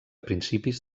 principis